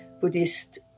Buddhist